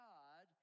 God